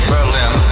Berlin